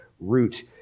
root